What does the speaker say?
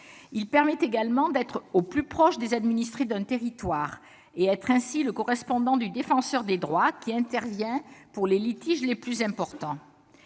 Il permet également d'être au plus proche des administrés d'un territoire, et de servir ainsi de correspondant du Défenseur des droits, qui intervient pour les litiges les plus importants.